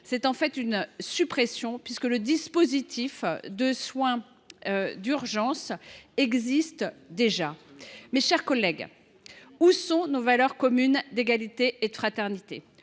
et bien d’une suppression puisque le dispositif de soins d’urgence existe déjà. Mes chers collègues, où sont nos valeurs communes d’égalité et de fraternité ?